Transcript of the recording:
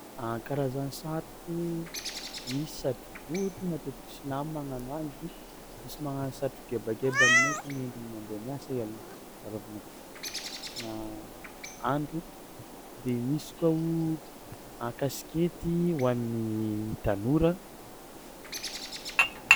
A karazany satroko: misy satrobory matetiky silamo magnano azy, misy magnano satroka gebageba aminay akagny entigny mandeha miasa ial- iarovagna andro de misy koa o a kasikety ho an'ny tanora.